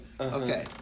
Okay